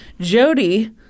Jody